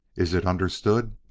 is it understood?